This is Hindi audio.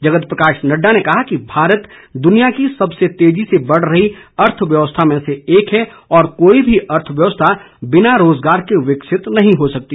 जगत प्रकाश नड़डा ने कहा कि भारत दुनिया की सबसे तेजी से बढ़ रही अर्थव्यवस्थाओं में से एक है और कोई भी अर्थव्यवस्था बिना रोज़गार के विकसित नहीं हो सकती